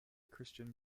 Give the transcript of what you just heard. christian